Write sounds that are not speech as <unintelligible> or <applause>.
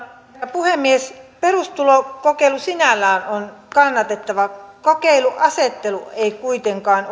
puhemies perustulokokeilu sinällään on kannatettava kokeilun asettelu ei kuitenkaan <unintelligible>